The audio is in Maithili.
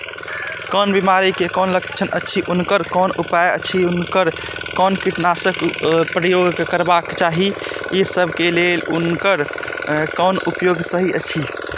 कोन बिमारी के कोन लक्षण अछि उनकर कोन उपाय अछि उनकर कोन कीटनाशक प्रयोग करबाक चाही ई सब के लेल उनकर कोन उपाय सहि अछि?